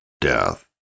death